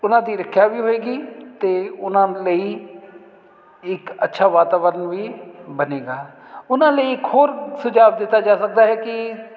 ਉਹਨਾਂ ਦੀ ਰੱਖਿਆ ਵੀ ਹੋਏਗੀ ਅਤੇ ਉਹਨਾਂ ਲਈ ਇੱਕ ਅੱਛਾ ਵਾਤਾਵਰਨ ਵੀ ਬਣੇਗਾ ਉਹਨਾਂ ਲਈ ਇੱਕ ਹੋਰ ਸੁਝਾਅ ਦਿੱਤਾ ਜਾ ਸਕਦਾ ਹੈ ਕਿ